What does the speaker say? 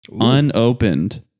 Unopened